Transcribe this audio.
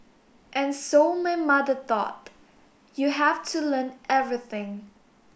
and so my mother thought you have to learn everything